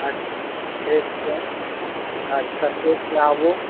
अऽ ठीक छै अच्छा ठीक छै आबू